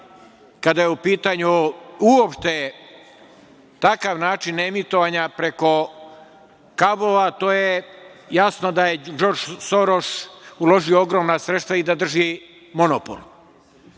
kada je u pitanju uopšte takav način emitovanja preko kablova, to je jasno da je Džordž Soroš uložio ogromna sredstva i da drži monopol. Bilo